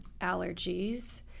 allergies